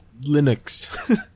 Linux